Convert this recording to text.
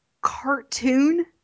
cartoon